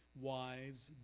Wives